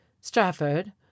strafford